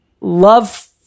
love